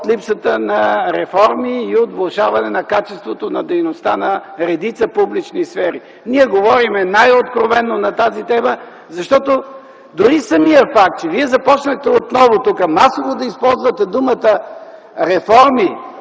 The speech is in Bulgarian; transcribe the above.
липсата на реформи и от влошаване качеството на дейността на редица публични сфери. Ние говорим най-откровено на тази тема, защото дори самият факт, че започнахте отново масово да използвате думата „реформи”